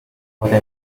tode